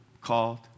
called